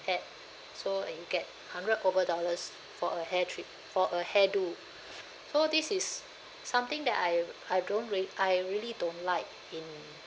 add so uh you get hundred over dollars for a hair treat~ for a hairdo so this is something that I I don't real~ I really don't like in